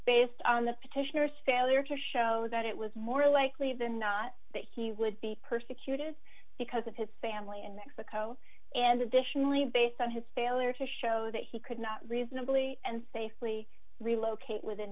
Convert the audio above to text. based on the petitioner staler to show that it was more likely than not that he would be persecuted because of his family in mexico and additionally based on his failure to show that he could not reasonably and safely relocate within